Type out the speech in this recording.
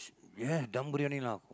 ya Dum Briyani லா ஆக்கும்:laa aakkum